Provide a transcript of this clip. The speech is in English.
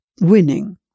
winning